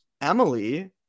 Emily